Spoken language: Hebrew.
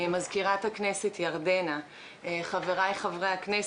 מזכירת הכנסת ירדנה מלר הורביץ,